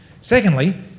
Secondly